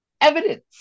Evidence